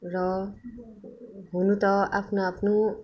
र हुनु त आफ्नो आफ्नो